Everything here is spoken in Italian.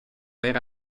era